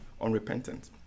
unrepentant